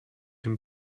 den